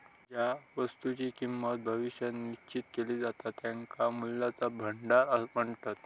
ज्या वस्तुंची किंमत भविष्यात निश्चित केली जाता त्यांका मूल्याचा भांडार म्हणतत